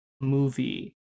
movie